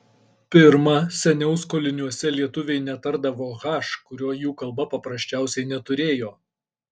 pirma seniau skoliniuose lietuviai netardavo h kurio jų kalba paprasčiausiai neturėjo